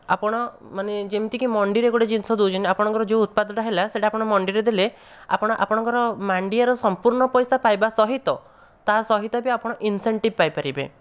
ଆପଣ ମାନେ ଯେମିତିକି ମଣ୍ଡିରେ ଗୋଟିଏ ଜିନିଷ ଦେଉଛନ୍ତି ଆପଣଙ୍କର ଯେଉଁ ଉତ୍ପାଦଟା ହେଲା ସେ'ଟା ଆପଣ ମଣ୍ଡିରେ ଦେଲେ ଆପଣ ଆପଣଙ୍କର ମାଣ୍ଡିଆର ସମ୍ପୂର୍ଣ୍ଣ ପଇସା ପାଇବା ସହିତ ତା' ସହିତ ବି ଆପଣ ଇନ୍ସେଣ୍ଟିବ୍ ପାଇପାରିବେ